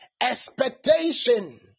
expectation